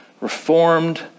Reformed